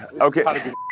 okay